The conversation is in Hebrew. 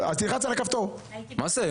אז תלחץ על הכפתור נוכח.